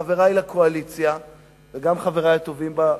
חברי לקואליציה וגם חברי הטובים באופוזיציה: